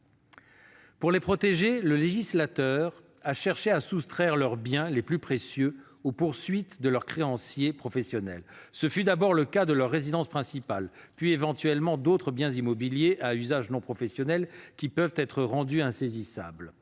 Pour les protéger, le législateur a cherché à soustraire leurs biens les plus précieux aux poursuites de leurs créanciers professionnels. Ce fut d'abord le cas de leur résidence principale, puis éventuellement d'autres biens immobiliers à usage non professionnel, qui peuvent être rendus insaisissables.